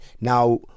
now